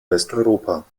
westeuropa